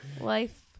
life